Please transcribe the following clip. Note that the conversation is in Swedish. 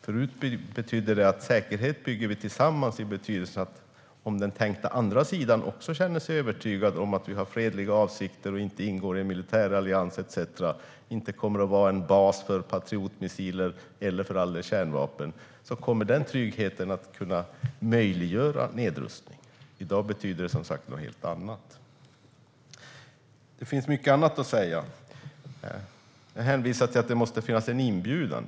Förut betydde den: Säkerhet bygger vi tillsammans i betydelsen att om den tänkta andra sidan också känner sig övertygad om att vi har fredliga avsikter och inte ingår i en militärallians etcetera och inte kommer att vara en bas för patriotmissiler, eller för all del kärnvapen, kommer den tryggheten att kunna möjliggöra nedrustning. I dag betyder det som sagt något helt annat. Det finns mycket annat att säga. Man hänvisar till att det måste finnas en inbjudan.